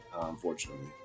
unfortunately